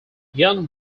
ian